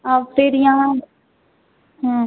आ फेर यहाँ